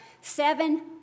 seven